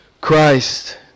Christ